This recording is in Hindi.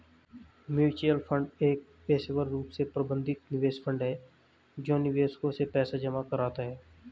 म्यूचुअल फंड एक पेशेवर रूप से प्रबंधित निवेश फंड है जो निवेशकों से पैसा जमा कराता है